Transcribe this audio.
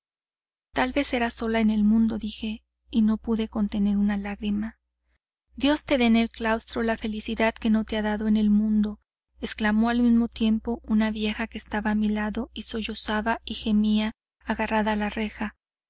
tal vez era sola en el mundo dije y no pude contener una lágrima dios te dé en el claustro la felicidad que no te ha dado en el mundo exclamó al mismo tiempo una vieja que estaba a mi lado y sollozaba y gemía agarrada a la reja